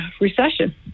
recession